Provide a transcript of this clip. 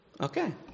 Okay